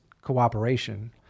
cooperation